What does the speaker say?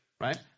Right